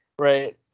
Right